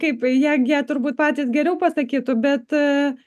kaip jie jie turbūt patys geriau pasakytų bet